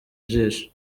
ijisho